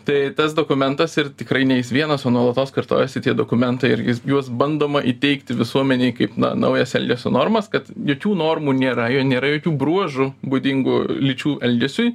tai tas dokumentas ir tikrai ne jis vienas o nuolatos kartojasi tie dokumentai ir juos bandoma įteigti visuomenei kaip na naujas elgesio normas kad jokių normų nėra jo nėra jokių bruožų būdingų lyčių elgesiui